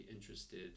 interested